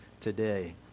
today